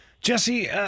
Jesse